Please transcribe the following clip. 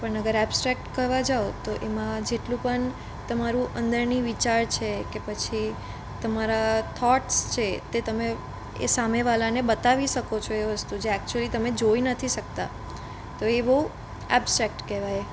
પણ અગર એબ્સ્ટ્રેક્ટ કરવા જાવ તો એમાં જેટલું પણ તમારું અંદરની વિચાર છે કે પછી તમારા થોટ્સ છે તે તમે એ સામેવાળાને બતાવી શકો છો કે એ વસ્તુ જે એક્ચુલી તમે જોઈ નથી શકતા તો એ બહુ ઍબ્સ્ટ્રેક્ટ કહેવાય